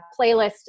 playlist